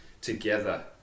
together